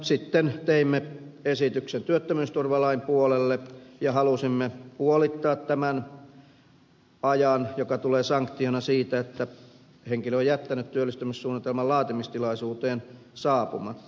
sitten teimme esityksen työttömyysturvalain puolelle ja halusimme puolittaa tämän ajan joka tulee sanktiona siitä että henkilö on jättänyt työllistymissuunnitelman laatimistilaisuuteen saapumatta